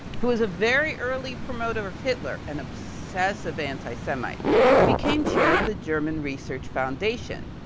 who is a very early promoter of hitler and obsessive anti-semite became chair of the german research foundation.